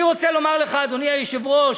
אני רוצה לומר לך, אדוני היושב-ראש,